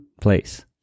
place